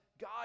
God